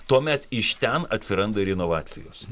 tuomet iš ten atsiranda ir inovacijos